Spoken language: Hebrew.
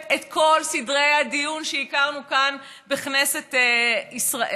את כל סדרי הדיון שהכרנו כאן בכנסת ישראל.